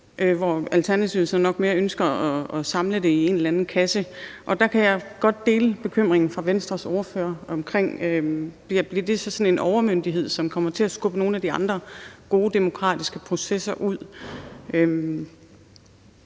hvor Alternativet så nok mere ønsker at samle det i en eller anden kasse. Der kan jeg godt dele Venstres ordførers bekymring om, om det så bliver sådan en overmyndighed, som kommer til at skubbe nogle af de andre gode demokratiske processer ud.